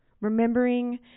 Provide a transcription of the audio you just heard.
Remembering